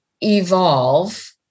evolve